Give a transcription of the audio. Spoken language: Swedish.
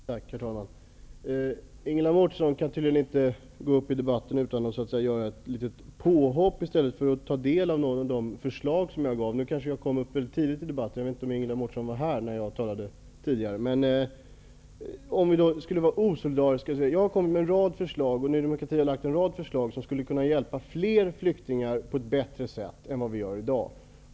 Herr talman! Ingela Mårtensson kan tydligen inte gå upp i debatten utan att göra ett litet påhopp. I stället borde hon ha tagit del av de förslag jag lade fram i mitt anförande. Det är möjligt att Ingela Mårtensson inte var närvarande i kammaren när jag höll mitt anförande. Jag och Ny demokrati har lagt fram en rad förslag om åtgärder som skulle kunna hjälpa fler flyktingar på ett bättre sätt än i dag.